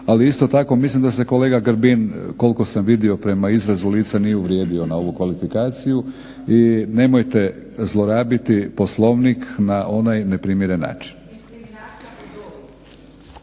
Ali isto tako mislim da se kolega Grbin koliko sam vidio prema izrazu lica nije uvrijedio na ovu kvalifikaciju i nemojte zlorabiti Poslovnik na onaj neprimjeren način.